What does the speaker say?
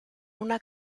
una